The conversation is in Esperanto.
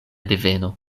deveno